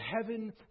heaven